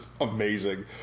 amazing